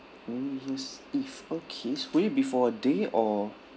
new year's eve okays will it be for a day or